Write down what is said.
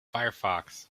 firefox